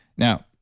now,